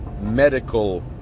medical